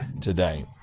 today